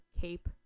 Cape